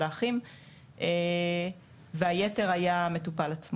האחים וכל יתר ההטרדות היו מכיוון המטופל עצמו.